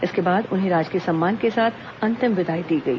इसके बाद उन्हें राजकीय सम्मान के साथ अंतिम विदाई दी गई